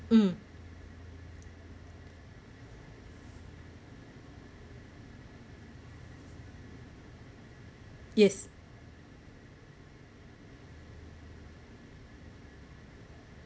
um yes